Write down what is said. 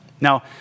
Now